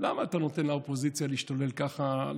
למה אתה נותן לאופוזיציה להשתולל ככה?